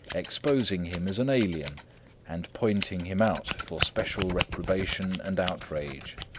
exposing him as an alien and pointing him out for special reprobation and outrage.